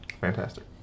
Fantastic